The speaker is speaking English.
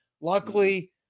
Luckily